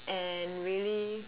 and really